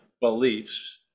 beliefs